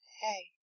Hey